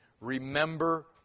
Remember